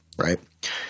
right